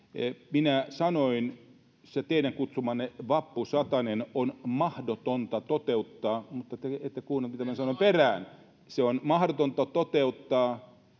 minä sanoin että se teidän kutsumanne vappusatanen on mahdotonta toteuttaa mutta te ette kuunnellut mitä minä sanoin perään se on mahdotonta toteuttaa